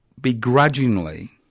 begrudgingly